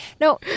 No